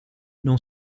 non